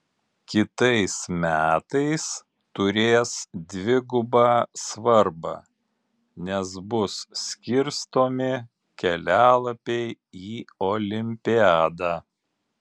kitais metais turės dvigubą svarbą nes bus skirstomi kelialapiai į olimpiadą